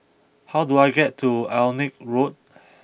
how do I get to Alnwick Road